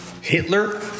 Hitler